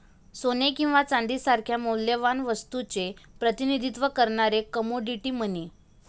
सोने किंवा चांदी सारख्या मौल्यवान वस्तूचे प्रतिनिधित्व करणारे कमोडिटी मनी